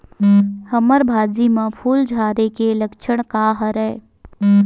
हमर भाजी म फूल झारे के लक्षण का हरय?